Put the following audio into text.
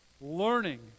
learning